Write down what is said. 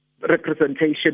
representation